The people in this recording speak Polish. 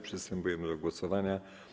Przystępujemy do głosowania.